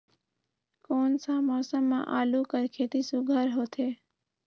कोन सा मौसम म आलू कर खेती सुघ्घर होथे?